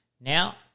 Now